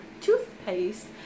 toothpaste